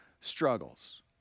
struggles